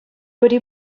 пӗри